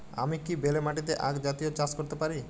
আমি কি বেলে মাটিতে আক জাতীয় চাষ করতে পারি?